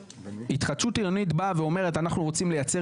התחדשות עירונית באה ואומרת שאנחנו רוצים לייצר